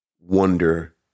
wonder